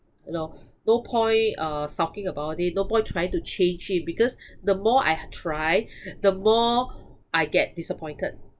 you know no point uh sulking about it no point trying to change him because the more I try the more I get disappointed